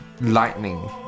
lightning